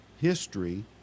history